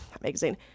magazine